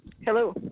Hello